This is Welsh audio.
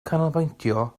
canolbwyntio